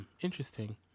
Interesting